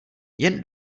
jen